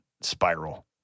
spiral